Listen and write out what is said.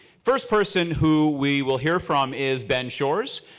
first person who we will hear from is ben shores.